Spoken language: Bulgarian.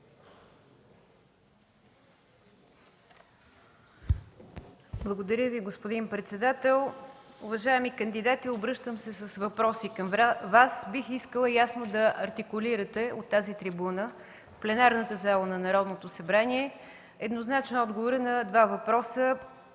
Благодаря, господин председател. Уважаеми кандидати, обръщам се с въпроси към Вас: бих искала да артикулирате от тази трибуна – на пленарната зала на Народно събрание, еднозначен отговор на два въпроса.